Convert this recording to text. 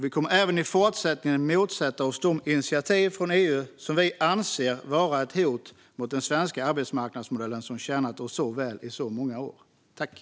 Vi kommer även i fortsättningen att motsätta oss de initiativ från EU som vi anser vara ett hot mot den svenska arbetsmarknadsmodellen som har tjänat oss så väl i så många år.